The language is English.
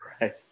Right